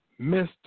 Mr